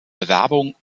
bewerbung